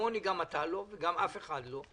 כמוני גם אתה לא וגם אף אחד לא,